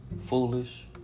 foolish